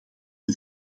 een